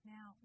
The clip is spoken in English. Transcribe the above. Now